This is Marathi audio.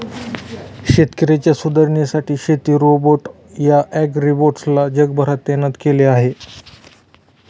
शेतकऱ्यांच्या सुधारणेसाठी शेती रोबोट या ॲग्रीबोट्स ला जगभरात तैनात केल आहे